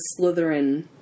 Slytherin